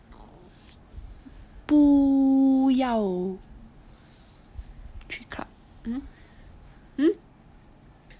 不要去 club hmm hmm